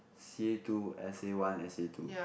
c_a-two s_a-one s_a-two